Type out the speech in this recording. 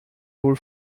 wohl